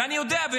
ואני יודע.